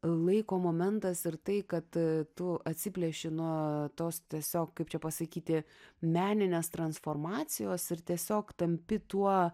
laiko momentas ir tai kad tu atsiplėši nuo tos tiesiog kaip čia pasakyti meninės transformacijos ir tiesiog tampi tuo